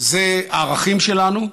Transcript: זה ערכים שלנו,